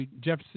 Jeff